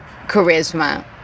charisma